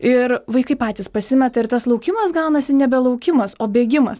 ir vaikai patys pasimeta ir tas laukimas gaunasi nebe laukimas o bėgimas